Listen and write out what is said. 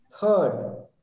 third